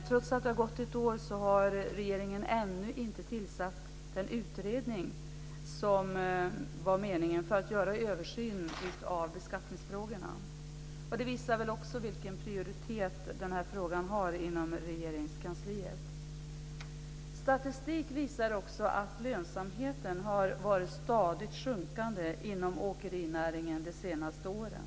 Trots att det har gått ett år har dock regeringen ännu inte tillsatt den utredning som skulle göra en översyn av beskattningsfrågorna. Det visar väl också vilken prioritet den här frågan har inom Statistik visar också att lönsamheten har varit stadigt sjunkande inom åkernäringen de senaste åren.